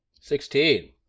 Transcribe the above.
Sixteen